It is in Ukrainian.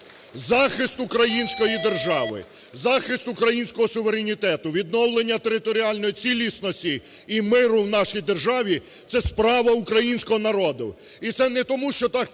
Захист української держави, захист українського суверенітету, відновлення територіальної цілісності і миру в нашій державі – це справа українського народу. І це не тому, що так